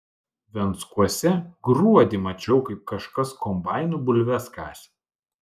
venckuose gruodį mačiau kaip kažkas kombainu bulves kasė